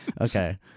okay